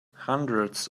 hundreds